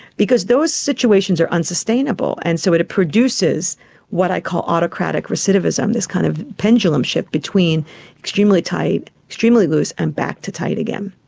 because those situations are unsustainable, and so it produces what i call autocratic recidivism, this kind of pendulum shift between extremely tight, extremely loose, and back to tight again.